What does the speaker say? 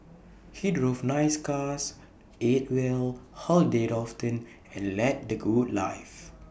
he drove nice cars ate well holidayed often and led the good life